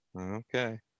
Okay